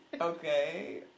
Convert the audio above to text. Okay